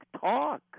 talk